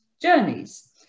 journeys